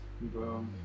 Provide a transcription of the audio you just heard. Bro